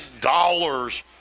dollars